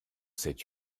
sept